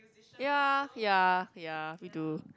ya ya ya me too